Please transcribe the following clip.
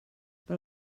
però